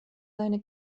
seine